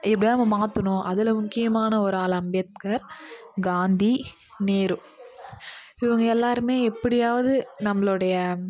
எப்படியாவது நம்ம மாற்றணும் அதில் முக்கியமான ஒரு ஆள் அம்பேத்கர் காந்தி நேரு இவங்க எல்லாருமே எப்படியாவது நம்மளுடைய